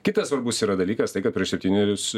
kitas svarbus yra dalykas tai kad prieš septynerius